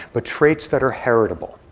but traits that are heritable.